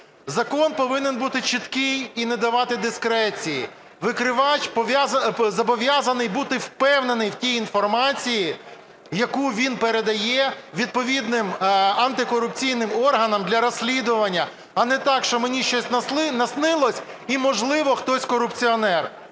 Закон повинен бути чіткий і не давати дискреції. Викривач зобов'язаний бути впевнений в тій інформації, яку він передає відповідним антикорупційним органам для розслідування. А не так, що мені щось наснилося і, можливо, хтось корупціонер.